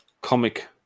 comic